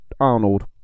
Arnold